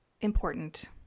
important